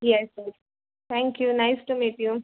yes yes thank you nice to meet you